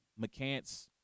McCants